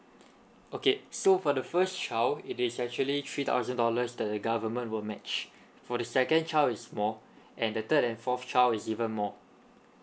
okay so for the first child it is actually three thousand dollars the government will match for the second child is more and the third and fourth child is even more